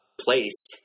place